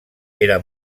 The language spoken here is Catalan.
era